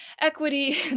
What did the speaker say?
equity